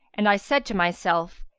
and i said to myself,